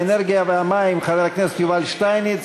האנרגיה והמים חבר הכנסת יובל שטייניץ